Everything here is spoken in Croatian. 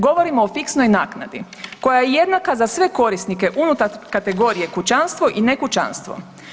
Govorimo o fiksnoj naknadi, koja je jednaka za sve korisnike unutar kategorije kućanstvo i nekućanstvo.